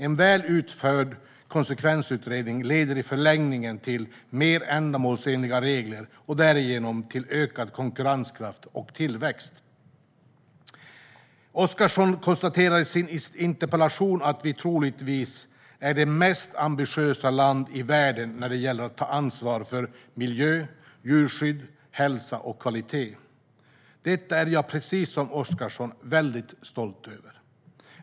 En väl utförd konsekvensutredning leder i förlängningen till mer ändamålsenliga regler och därigenom till ökad konkurrenskraft och tillväxt. Oscarsson konstaterar i sin interpellation att vi troligtvis är det mest ambitiösa landet i världen när det gäller att ta ansvar för miljö, djurskydd, hälsa och kvalitet. Detta är jag, precis som Oscarsson, väldigt stolt över.